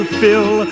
fill